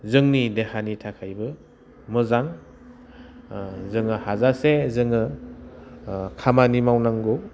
जोंनि देहानि थाखायबो मोजां जोङो हाजासे जोङो खामानि मावनांगौ